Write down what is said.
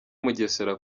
mugesera